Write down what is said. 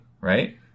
right